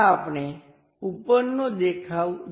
ચાલો આપણે ઉપરનો દેખાવ જોઈએ આ સામેનો દેખાવ છે